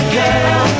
girl